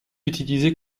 utilisée